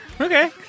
Okay